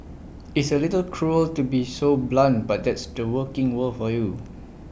it's A little cruel to be so blunt but that's the working world for you